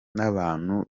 n’abantu